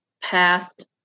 past